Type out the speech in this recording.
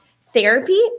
therapy